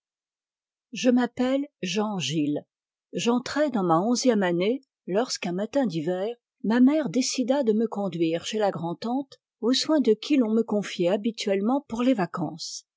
je m'appelle jean gilles j'entrais dans ma onzième année lorsqu'un matin d'hiver ma mère décida de me conduire chez la grand tante aux soins de qui l'on me confiait habituellement pour les vacances